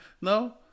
No